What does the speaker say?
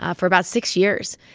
ah for about six years.